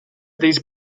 these